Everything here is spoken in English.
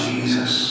Jesus